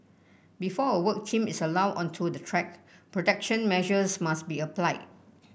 before a work team is allowed onto the track protection measures must be applied